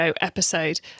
episode